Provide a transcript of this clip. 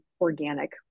organic